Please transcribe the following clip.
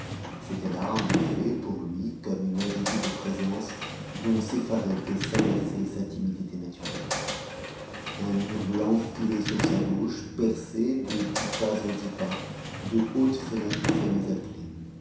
c'était là en effet pour lui comme une invisible présence dont s'effarait et s'agaçait sa timidité naturelle un mur blanc filait sur sa gauche percé de dix pas en dix pas de hautes fenêtres fermées